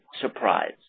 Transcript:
surprise